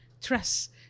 Trust